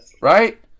Right